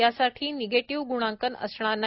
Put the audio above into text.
यासाठी निगेटिव्ह ग्णांकन असणार नाही